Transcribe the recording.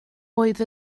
oedd